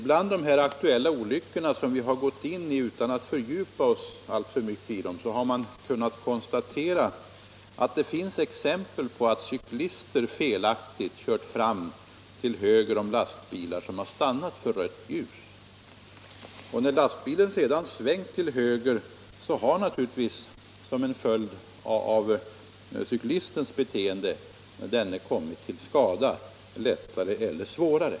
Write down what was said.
Utan att vi alltför mycket har fördjupat oss i orsakerna till dessa olyckor har vi ändå kunnat konstatera att det finns exempel på att cyklister felaktigt kört fram till höger om lastbilar som har stannat för rött ljus. När lastbilen sedan svängt till höger har naturligtvis cyklisten som en följd av sitt eget beteende kommit till skada, lättare eller svårare.